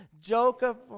Jacob